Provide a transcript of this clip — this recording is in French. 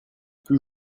plus